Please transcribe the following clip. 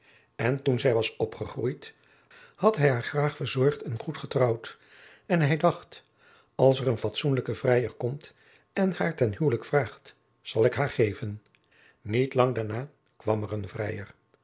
en toen zij was opgegroeid had hij haar graâg verzorgd en goed getrouwd en hij dacht als er een fatsoenlijke vrijer komt en haar ten huwelijk vraagt zal ik haar geven niet lang daarna kwam er een vrijer